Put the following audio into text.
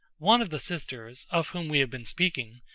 one of the sisters, of whom we have been speaking,